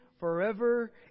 Forever